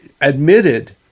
admitted